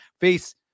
face